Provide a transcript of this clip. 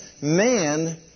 Man